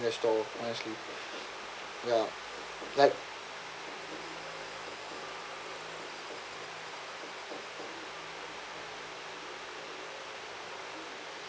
honestly ya like